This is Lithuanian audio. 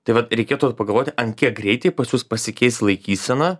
taip vat reikėtų pagalvoti ant kiek greitį pas jus pasikeis laikysena